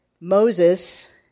Moses